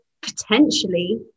potentially